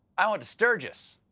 i went to sturgis.